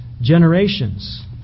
generations